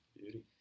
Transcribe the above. Beauty